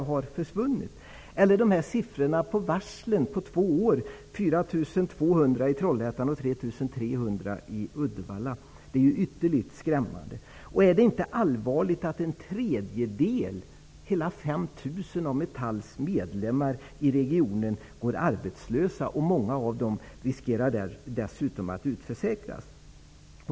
Eller vad säger Börje Hörnlund om siffrorna för varsel under de senaste två åren -- 4 200 i Trollhättan och 3 300 i Uddevalla? Det är ytterligt skrämmande. Är det inte allvarligt att en tredjedel -- hela 5 000 -- av Metalls medlemmar i regionen går arbetslösa? Många av dem riskerar dessutom att utförsäkras.